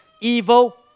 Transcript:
evil